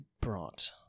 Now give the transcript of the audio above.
brought